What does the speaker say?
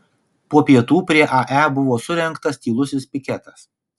po pietų prie ae buvo surengtas tylusis piketas